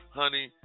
honey